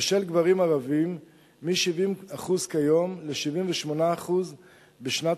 ושל גברים ערבים מ-70% כיום ל-78% בשנת